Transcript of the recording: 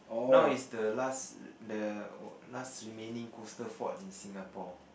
now is the last the last remaining coastal fort in Singapore